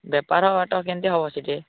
ବେପାର କେମିତି ହେବ ସେଠି